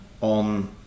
on